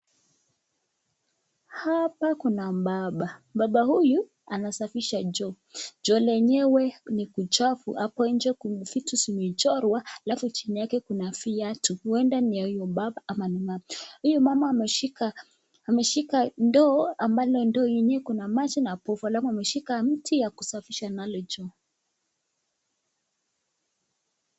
Hapa kuna mbaba. Baba huyu anasafisha choo. Choo lenyewe ni kuchafu. Hapo nje kuna vitu ambavyo vimechorwa alafu chini yake kuna viatu huenda ni ya huyo baba ama ni mama. Huyu mama ameshika ndoo ambalo ndoo yenyewe iko na maji na pofu alafu ameshika mti ya kusafisha nalo choo.